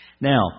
Now